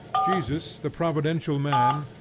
jesus, the providential man,